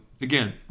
again